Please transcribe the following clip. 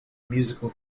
musical